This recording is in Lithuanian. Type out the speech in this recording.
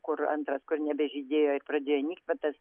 kur antras kur nebežydėjo ir pradėjo nykti va tas